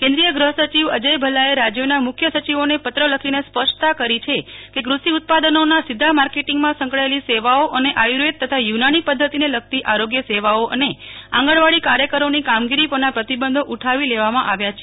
કેનક્રીય ગૃહસચિવ અજય ભલ્લાએ રાજ્યોના મુખ્ય સચિવોને પત્ર લખીને સ્પષ્ટતા કરી છે કે કૃષિ ઉત્પાદનોના સીધા માર્કેટીંગમાં સંકળાયેલી સેવાઓ અને આયુર્વેદ તથા યુનાની પધ્ધતિને લગતી આરોગ્ય સેવાઓ અને આંગણવાડી કાર્યકરોની કામગીરી પરના પ્રતિબંધો ઉઠાવી લેવામાં આવ્યા છે